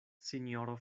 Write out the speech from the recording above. sinjoro